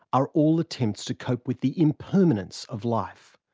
are all attempts to cope with the impermanence of life.